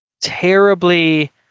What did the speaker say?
terribly